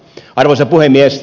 arvoisa puhemies